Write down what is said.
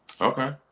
okay